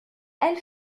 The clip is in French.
elle